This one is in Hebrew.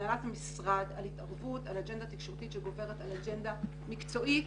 משרדו על ניהול אג'נדה תקשורתית שגוברת על אג'נדה מקצועית,